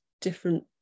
different